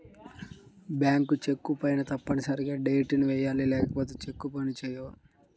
bank చెక్కులపైన తప్పనిసరిగా date ని వెయ్యాలి లేకపోతే చెక్కులు పని చేయవు